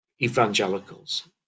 evangelicals